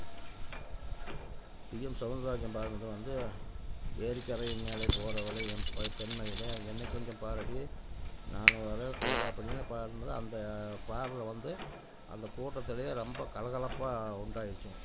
DM Soundararajan பாடுனது வந்து ஏரி கரையின் மேலே போகிறவளே என் பெண்மையில் என்னை கொஞ்சம் பாரடி நானும் வரேன் கூட அப்படினு பாடுனது அந்த பாடலில் வந்து அந்த கூட்டத்திலேயே ரொம்ப கலகலப்பாக உண்டாகிடுச்சிங்க